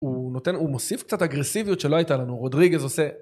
הוא נותן, הוא מוסיף קצת אגרסיביות שלא הייתה לנו, רודריגז עושה...